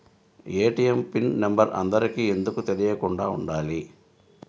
ATM PIN number అందరికి ఎందుకు తెలియకుండా ఉండాలి?